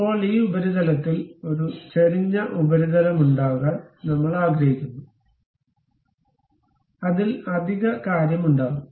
ഇപ്പോൾ ഈ ഉപരിതലത്തിൽ ഒരു ചെരിഞ്ഞ ഉപരിതലമുണ്ടാകാൻ നമ്മൾ ആഗ്രഹിക്കുന്നു അതിൽ അധിക കാര്യം ഉണ്ടാകും